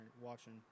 watching